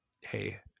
Hey